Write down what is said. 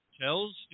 tells